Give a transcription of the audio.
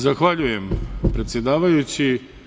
Zahvaljujem, predsedavajući.